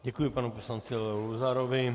Děkuji panu poslanci Leo Luzarovi.